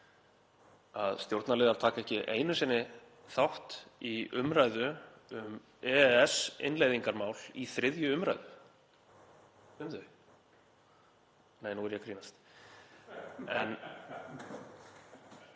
að stjórnarliðar taka ekki einu sinni þátt í umræðu um EES-innleiðingarmál í 3. umræðu um þau. — Nei, nú er ég að grínast. En